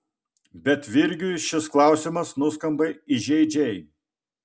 bet virgiui šis klausimas nuskamba įžeidžiai